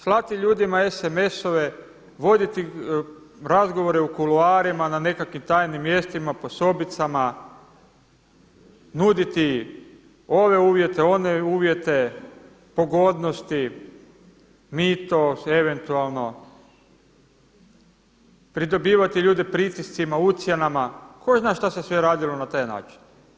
Slati ljudima SMS-ove, voditi razgovora u kuloarima na nekakvim tajnim mjestima, po sobicama, nudite ove uvjete, one uvjete pogodnosti, mito eventualno, pridobivati ljude pritiscima, ucjenama tko zna šta se sve radilo na taj način.